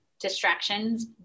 distractions